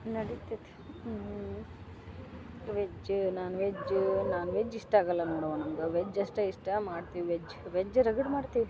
ನಡಿತೈತಿ veg non veg non veg ಇಷ್ಟ ಆಗಲ್ಲ ನೋಡವ್ವ ನಂಗೆ ವೆಜ್ ಅಷ್ಟೇ ಇಷ್ಟ ಮಾಡ್ತೀವಿ ವೆಜ್ ವೆಜ್ ರಗಡ್ ಮಾಡ್ತೀವಿ